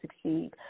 succeed